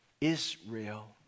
Israel